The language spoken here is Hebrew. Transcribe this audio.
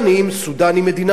וסודן היא מדינת אויב,